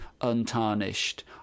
untarnished